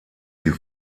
die